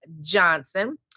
Johnson